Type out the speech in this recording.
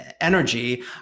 energy